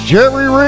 Jerry